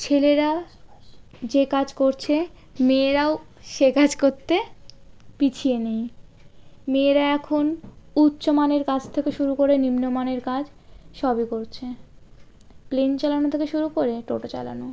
ছেলেরা যে কাজ করছে মেয়েরাও সে কাজ করতে পিছিয়ে নেই মেয়েরা এখন উচ্চমানের কাজ থেকে শুরু করে নিম্নমানের কাজ সবই করছে প্লেন চালানো থেকে শুরু করে টোটো চালানো